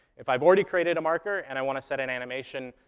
if i've already created a marker and i want to set an animation,